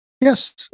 Yes